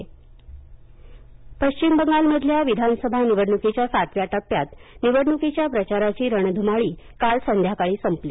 पश्चिम बंगाल मतदान पश्विम बंगालमधल्या विधानसभा निवडणुकीच्या सातव्या टप्प्यात निवडणुकीच्या प्रचाराची रणधुमाळी काल संध्याकाळी संपली